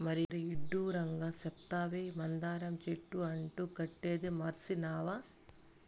మరీ ఇడ్డూరంగా సెప్తావే, మందార చెట్టు అంటు కట్టేదీ మర్సినావా